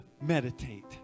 meditate